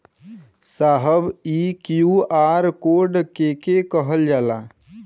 साहब इ QR code के के कहल जाला?